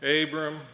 Abram